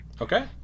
Okay